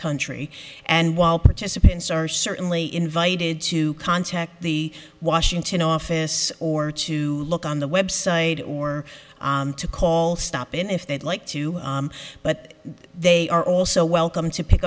country and while participants are certainly invited to contact the washington office or to look on the website or to call stop in if they'd like to but they are also welcome to pick